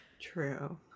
True